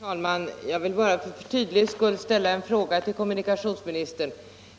Herr talman! Jag vill bara för tydlighetens skull ställa en fråga till kommunikationsministern